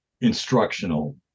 instructional